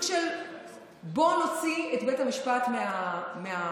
של "בואו נוציא את בית המשפט מהמשחק,